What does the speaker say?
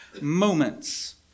moments